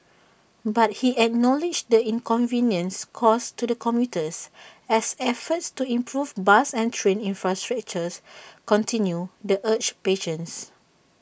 but he acknowledged the inconvenience caused to the commuters as efforts to improve bus and train infrastructures continue the urged patience